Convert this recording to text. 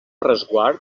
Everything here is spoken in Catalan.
resguard